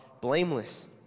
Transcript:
blameless